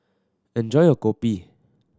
enjoy your Kopi